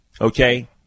okay